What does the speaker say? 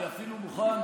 אני אפילו מוכן